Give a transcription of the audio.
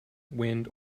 wind